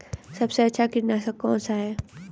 सबसे अच्छा कीटनाशक कौन सा है?